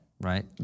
right